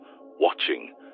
watching